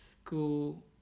school